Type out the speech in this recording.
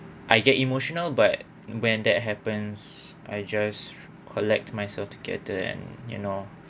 I get emotional but when that happens I just collect myself together and you know